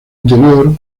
interior